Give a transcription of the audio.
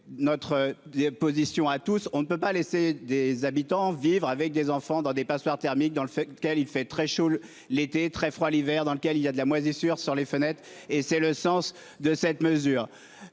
notre. Position à tous, on ne peut pas laisser des habitants vivre avec des enfants dans des passoires thermiques dans le fait qu'elle il fait très chaud l'été très froid l'hiver, dans lequel il y a de la moisissure sur les fenêtre s'et c'est le sens de cette mesure,